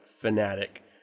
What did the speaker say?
fanatic